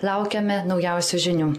laukiame naujausių žinių